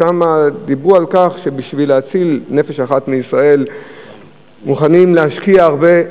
ודיברו על כך שבשביל להציל נפש אחת בישראל מוכנים להשקיע הרבה,